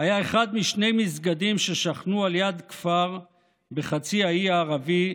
היה אחד משני מסגדים ששכנו על יד כפר בחצי האי הערבי,